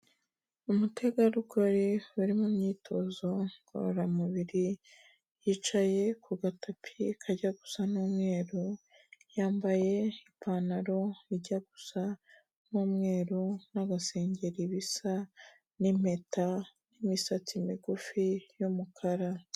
Umutegarugori uri mu myitozo ngororamubiri, yicaye ku gatopi kajya gusa n'umweru, yambaye ipantaro ijya gusa nk'umweru n'agasengeri bisa n'impeta n'imisatsi migufi y'umukara.